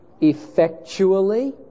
effectually